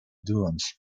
dunes